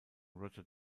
roger